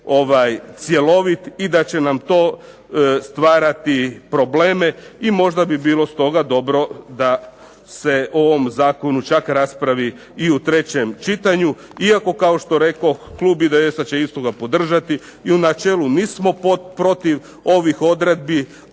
zakon nije cjelovit i da će nam to stvarati probleme, i možda bi bilo stoga dobro da se o ovom zakonu čak raspravi i u trećem čitanju. Iako kao što rekoh klub IDS-a će istoga podržati i u načelu mi smo protiv ovih odredbi,